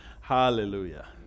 Hallelujah